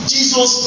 Jesus